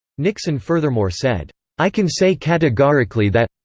nixon furthermore said, i can say categorically that.